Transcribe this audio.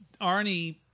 Arnie